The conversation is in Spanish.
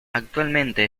actualmente